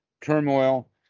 turmoil